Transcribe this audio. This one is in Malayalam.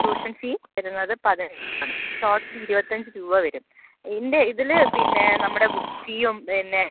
ട്യൂഷൻ ഫീ വരുന്നത് പതിനഞ്ചാണ് അപ്പോൾ ടോട്ടല് ഇരുപത്തഞ്ച് രൂപ വരും ഇതിൻ്റെ ഇതിൽ പിന്നെ നമ്മുടെ ബുക്ക് ഫീയും പിന്നെ